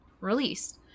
released